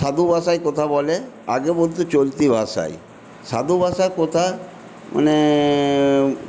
সাধু ভাষায় কথা বলে আগে বলতো চলতি ভাষায় সাধু ভাষা কথা মানে